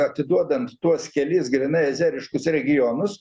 atiduodant tuos kelis grynai azeriškus regionus